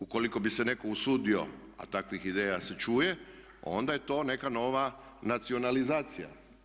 Ukoliko bi se netko usudio a takvih ideja se čuje, onda je to neka nova nacionalizacija.